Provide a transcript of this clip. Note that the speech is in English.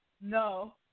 no